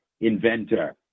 Inventor